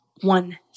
one